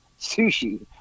sushi